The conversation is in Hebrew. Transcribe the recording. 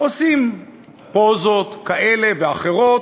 עושים פוזות כאלה ואחרות,